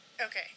Okay